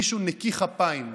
מישהו נקי כפיים.